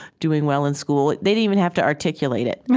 doing well in school. they didn't even have to articulate it.